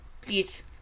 Please